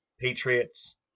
patriots